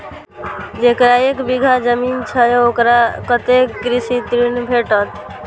जकरा एक बिघा जमीन छै औकरा कतेक कृषि ऋण भेटत?